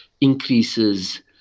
increases